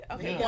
Okay